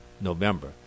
November